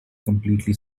completely